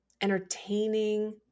entertaining